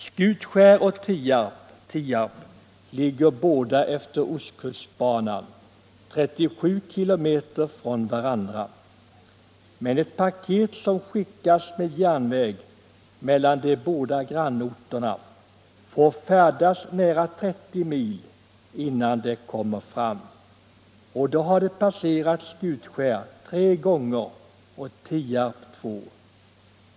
Skutskär och Tierp ligger båda etter Ostkustbanan, 37 kilometer från varandra. Men ett paket som skickas med järnviig mellan de båda grannorterna får färdas nära trettio mil innan det kommer fram. Och då har det passerat Skutskär tre gånger och Tierp två!